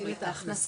או להקטין את ההכנסה,